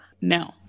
No